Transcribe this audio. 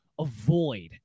avoid